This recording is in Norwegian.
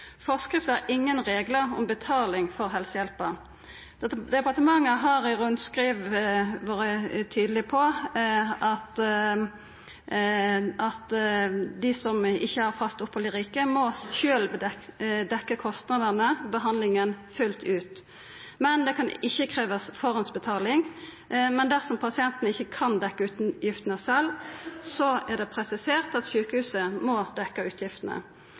har ingen reglar om betaling for helsehjelpa. Departementet har i rundskriv vore tydeleg på at dei som ikkje har fast opphald i riket, sjølve må dekkja kostnadene ved behandlinga fullt ut, men det kan ikkje krevjast betaling på førehand. Dersom pasienten ikkje kan dekkja utgiftene sjølv, er det presisert at sjukehuset må dekkja utgiftene.